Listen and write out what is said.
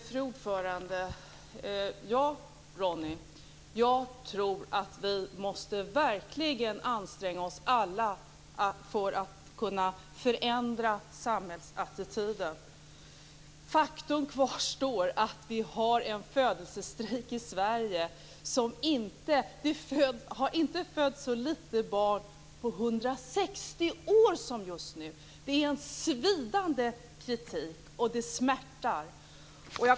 Fru talman! Ja, Ronny Olander, jag tror att vi alla måste anstränga oss för att förändra samhällsattityden. Faktum kvarstår att det råder en födelsestrejk i Sverige. Det har inte fötts så få barn på 160 år! Det är en svidande kritik. Det smärtar.